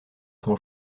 son